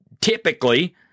typically